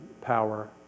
power